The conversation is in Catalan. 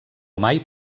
mai